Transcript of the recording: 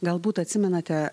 galbūt atsimenate